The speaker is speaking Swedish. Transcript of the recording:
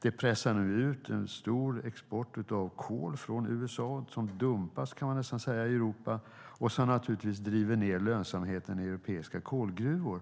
Det pressar ut en stor export av kol från USA som mer eller mindre dumpas i Europa och som givetvis driver ned lönsamheten i europeiska kolgruvor.